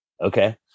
okay